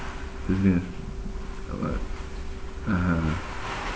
is it uh what (uh huh)